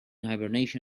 hibernation